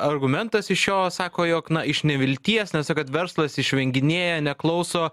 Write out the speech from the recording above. argumentas iš jo sako jog na iš nevilties nes tiesiog kad verslas išvenginėja neklauso